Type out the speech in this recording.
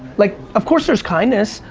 like, of course there's kindness.